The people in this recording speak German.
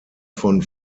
von